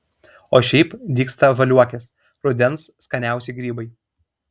o šiaip dygsta žaliuokės rudens skaniausi grybai